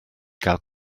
gael